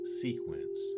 sequence